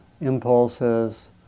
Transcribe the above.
impulses